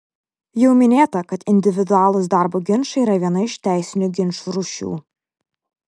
jau minėta kad individualūs darbo ginčai yra viena iš teisinių ginčų rūšių